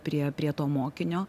prie prie to mokinio